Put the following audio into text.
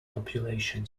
population